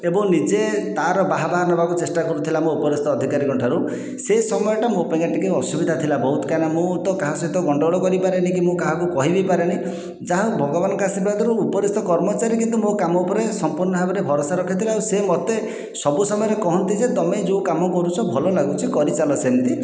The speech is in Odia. ଏବଂ ନିଜେ ତାର ବାହାବାହା ନେବାକୁ ଚେଷ୍ଟା କରୁଥିଲା ମୋ ଉପରିସ୍ଥ ଅଧିକାରୀଙ୍କ ଠାରୁ ସେ ସମୟଟା ମୋ ପାଇଁକା ଟିକେ ଅସୁବିଧା ଥିଲା ବହୁତ କାହିଁକି ନା ମୁଁ ତ କାହା ସହିତ ଗଣ୍ଡଗୋଳ କରିପାରେନି ମୁଁ କାହାକୁ କହି ବି ପାରେନି ଯାହା ହେଉ ଭଗବାନଙ୍କ ଆଶୀର୍ବାଦ ରୁ ଉପରିସ୍ଥ କର୍ମଚାରୀ କିନ୍ତୁ ମୋ କାମ ଉପରେ ସମ୍ପୂର୍ଣ୍ଣ ଭାବରେ ଭରସା ରଖିଥିଲେ ଆଉ ସେ ମୋତେ ସବୁ ସମୟରେ କୁହନ୍ତି ଯେ ତୁମେ ଯେଉଁ କାମ କରୁଛ ଭଲ ଲାଗୁଛି କରିଚାଲ ସେମିତି